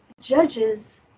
judges